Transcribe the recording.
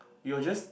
you will just